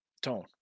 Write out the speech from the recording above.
tone